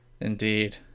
Indeed